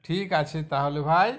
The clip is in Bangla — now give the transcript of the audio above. ঠিক আছে তাহলে ভাই